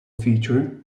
feature